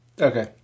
Okay